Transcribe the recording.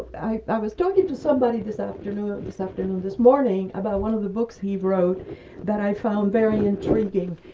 i i was talking to somebody this afternoon this afternoon this morning about one of the books he wrote that i found very intriguing.